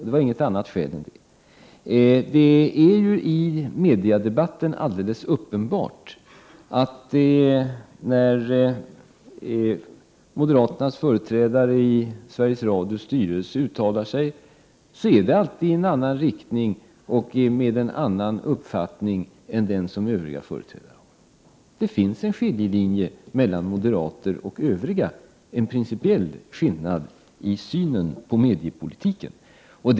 Det fanns inget annat skäl. När moderaternas företrädare i Sveriges Radios styrelse uttalar sig i mediadebatten, sker det alltid i en annan riktning och uttrycker de alltid en annan uppfattning än den som övriga företrädare har. Det finns mellan moderaterna och övriga en principiell skillnad i synen på mediapolitiken.